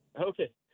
Okay